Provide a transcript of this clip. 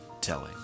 telling